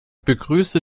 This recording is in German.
begrüße